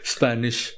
Spanish